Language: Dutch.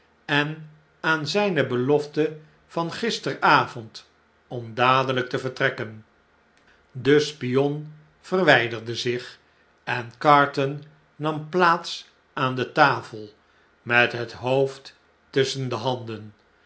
en aan zn'ne belofte van gisteravond om dadeljjk te vertrekken de spion verwnderde zich en carton nam plaats aan de tafel met het hoofd tusschen de handen